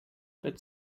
but